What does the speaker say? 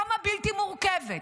כמה בלתי מורכבת,